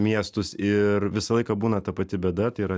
miestus ir visą laiką būna ta pati bėda tai yra